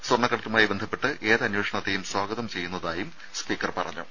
സ്വർണക്കടത്തുമായി ബന്ധപ്പെട്ട് ഏതന്വേഷണത്തെയും സ്വാഗതം ചെയ്യുന്നതായും സ്പീക്കർ പറഞ്ഞു